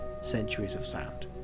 centuriesofsound